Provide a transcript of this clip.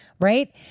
right